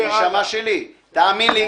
נשמה שלי, תאמין לי.